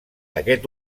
aquest